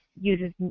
uses